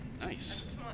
Nice